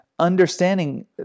understanding